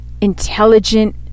intelligent